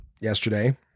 yesterday